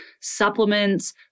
supplements